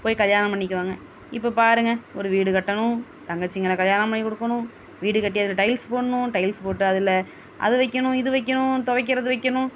போய் கல்யாணம் பண்ணிக்குவாங்க இப்போ பாருங்க ஒரு வீடு கட்டணும் தங்கச்சிங்களை கல்யாணம் பண்ணி கொடுக்குணும் வீடு கட்டி அதில் டைல்ஸ் போடணும் டைல்ஸ் போட்டு அதில் அது வைக்கணும் இது வைக்கணும் தொவைக்கிறது வைக்கணும்